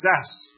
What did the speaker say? success